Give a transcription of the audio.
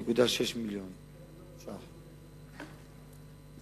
זה שבועות, אפילו פחות, אני מקווה.